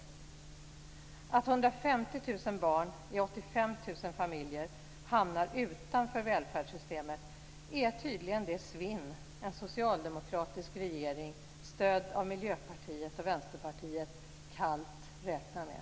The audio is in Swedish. Att 150 000 barn i 85 000 familjer hamnar utanför välfärdssystemet är tydligen det svinn en socialdemokratisk regering stödd av Miljöpartiet och Vänsterpartiet kallt räknar med.